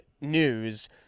news